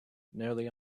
nearly